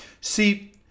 see